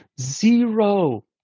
zero